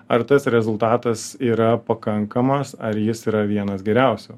ar tas rezultatas yra pakankamas ar jis yra vienas geriausių